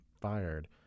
fired